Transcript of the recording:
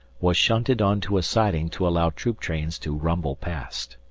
was shunted on to a siding to allow troop trains to rumble past.